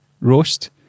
roast